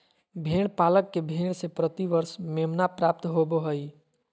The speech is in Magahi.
भेड़ पालक के भेड़ से प्रति वर्ष मेमना प्राप्त होबो हइ